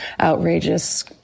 outrageous